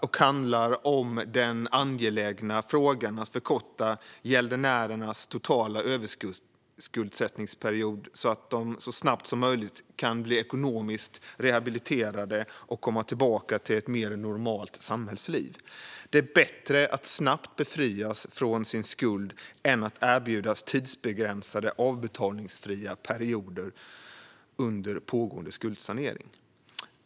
Den handlar om den angelägna frågan att förkorta gäldenärernas totala överskuldsättningsperiod, så att de så snabbt som möjligt kan bli ekonomiskt rehabiliterade och komma tillbaka till ett mer normalt samhällsliv. Det är bättre att snabbt befrias från sin skuld än att erbjudas tidsbegränsade avbetalningsfria perioder under pågående skuldsanering.